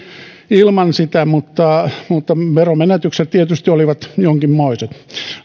ilman sitä vai eivätkö mutta veromenetykset tietysti olivat jonkinmoiset